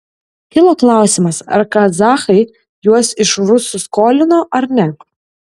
kilo klausimas ar kazachai juos iš rusų skolino ar ne